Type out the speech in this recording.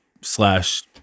slash